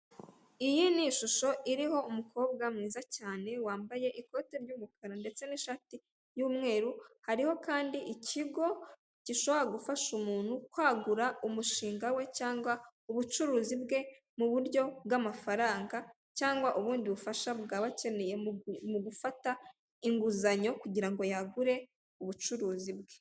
Iyi ni ishusho iriho umukobwa mwiza cyane wambaye ikote ry'umukara ndetse n'ishati y'umweru, hariho kandi ikigo gishobora gufasha umuntu kwagura umushinga we cyangwa ubucuruzi bwe mu buryo bw'amafaranga cyangwa ubundi bufasha bwaba akeneye mu gufata inguzanyo kugira ngo yagure ubucuruzi bwe.